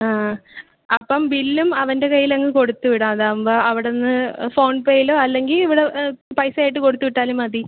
ആ അപ്പം ബില്ലും അവന്റെ കയ്യിലങ്ങ് കൊടുത്ത് വിടാം അതാകുമ്പം അവിടുന്ന് ഫോൺ പേയിലോ അല്ലെങ്കിൽ ഇവിടെ പൈസ ആയിട്ട് കൊടുത്ത് വിട്ടാലും മതി